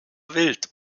wild